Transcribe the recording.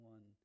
One